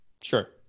Sure